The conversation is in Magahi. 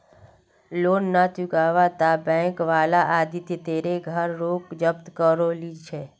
लोन ना चुकावाता बैंक वाला आदित्य तेरे घर रोक जब्त करो ली छे